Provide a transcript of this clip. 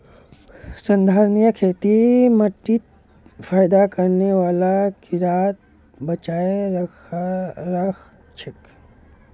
संधारणीय खेती माटीत फयदा करने बाला कीड़ाक बचाए राखछेक